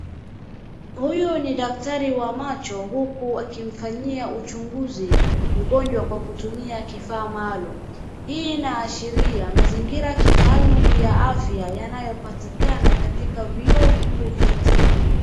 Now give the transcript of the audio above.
Huyu ni daktari wa macho huku akimfanyia uchunguzi mgonjwa kwa kutumia kifaa maalum, hii inashiria mazingira ya kitaalum ya afya yanayopatikana katika vyuo vikuu vya tiba.